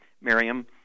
Miriam